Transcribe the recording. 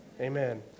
Amen